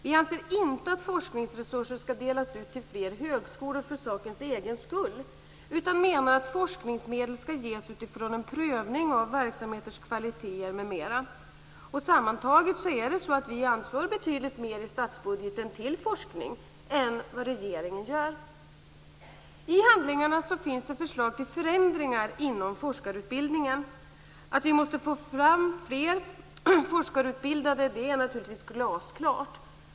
Vi anser inte att forskningsresurser skall delas ut till fler högskolor för sakens egen skull, utan menar att forskningsmedel skall ges utifrån en prövning av verksamheters kvaliteter m.m. Sammantaget anslår vi betydligt mer i statsbudgeten till forskning än vad regeringen gör. I handlingarna finns förslag till förändringar inom forskarutbildningen. Att vi måste få fram fler forskarutbildade är naturligtvis glasklart.